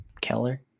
Keller